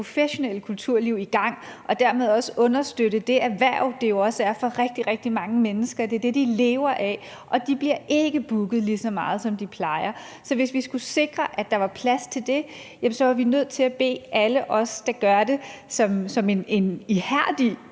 professionelle kulturliv i gang og dermed også understøtte det erhverv, det jo også er for rigtig, rigtig mange mennesker; det er det, de lever af, og de bliver ikke booket lige så meget, som de plejer. Så hvis vi skulle sikre, at der var plads til det, jamen så var vi nødt til at bede alle os, der gør det som en ihærdig